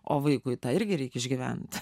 o vaikui tą irgi reikia išgyvent